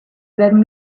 than